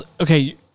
okay